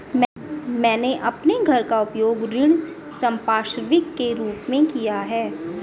मैंने अपने घर का उपयोग ऋण संपार्श्विक के रूप में किया है